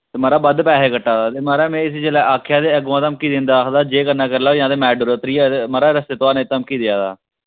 ते महाराज बद्ध पैहे कट्टा दा ते महाराज में इसी जिल्लै आखेआ ते अग्गोआं धमकी दिंदा आखदा जे करना करी लैओ जां ते मैटाडोरा उतरी जाओ ते महाराज रस्ते तोआरने धमकी देआ दा